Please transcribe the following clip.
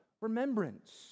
remembrance